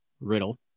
Riddle